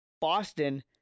Boston